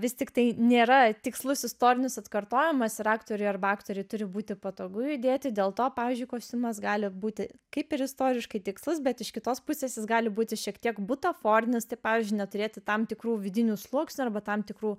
vis tiktai nėra tikslus istorinis atkartojimas ir aktoriui arba aktorei turi būti patogu judėti dėl to pavyzdžiui kostiumas gali būti kaip ir istoriškai tikslus bet iš kitos pusės jis gali būti šiek tiek butaforinis tai pavyzdžiui neturėti tam tikrų vidinių sluoksnių arba tam tikrų